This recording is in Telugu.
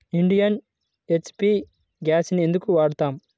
ఇండియన్, హెచ్.పీ గ్యాస్లనే ఎందుకు వాడతాము?